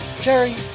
Jerry